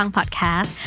Podcast